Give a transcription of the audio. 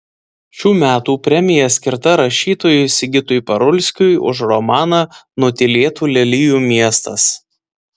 šių metų premija skirta rašytojui sigitui parulskiui už romaną nutylėtų lelijų miestas